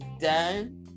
done